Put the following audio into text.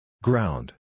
Ground